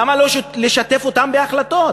למה לא לשתף אותם בהחלטות?